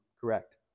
correct